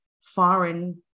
foreign